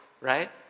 right